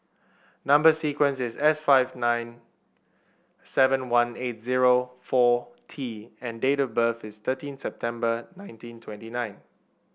number sequence is S five nine seven one eight zero four T and date of birth is thirteen September nineteen twenty nine